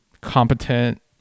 competent